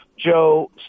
Joe